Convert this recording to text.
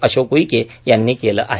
अशोक उईके यांनी केलं आहे